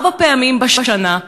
ארבע פעמים בשנה,